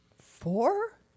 four